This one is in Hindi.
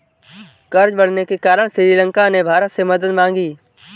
कर्ज बढ़ने के कारण श्रीलंका ने भारत से मदद मांगी